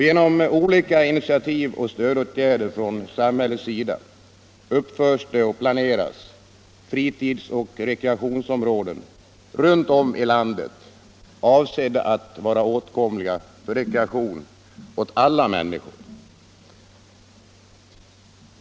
Genom olika initiativ och stödåtgärder från samhällets sida planeras det och anläggs runt om i landet fritidsoch rekreationsområden, avsedda att vara åtkomliga för rekreation för alla människor.